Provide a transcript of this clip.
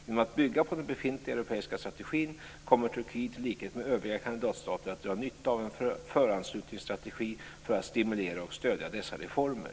Genom att bygga på den befintliga europeiska strategin kommer Turkiet i likhet med övriga kandidatstater att dra nytta av en föranslutningsstrategi för att stimulera och stödja dessa reformer.